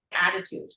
attitude